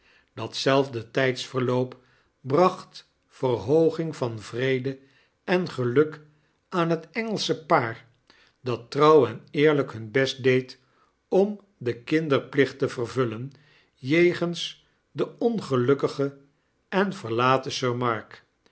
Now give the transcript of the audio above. datzelfde tydsverloop bracht verhooging van vrede en geluk aanhet engelsche paar dat trouw en eerlijk hun best deed om den kinderplicht te verviillen jegens den ongelukkigen en verlaten